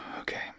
Okay